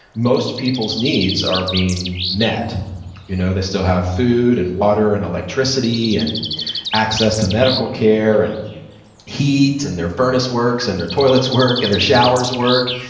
most people's needs are being met you know they still have food and water and electricity and access to medical care and heat, and their furnace works, and their toilets work, and their showers work.